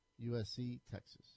USC-Texas